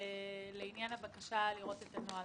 לעניין הבקשה לראות את הנוהל.